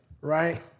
Right